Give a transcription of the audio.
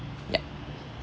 ya